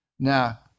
Now